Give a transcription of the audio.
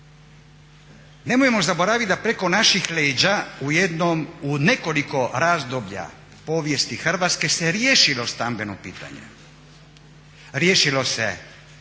Nemojmo zaboravit da preko naših leđa u nekoliko razdoblja povijesti Hrvatske se riješilo stambeno pitanje, riješilo se